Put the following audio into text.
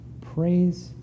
praise